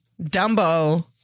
Dumbo